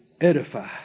Edify